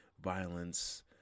violence